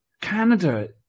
canada